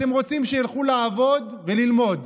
אתם רוצים שילכו לעבוד וללמוד,